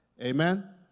Amen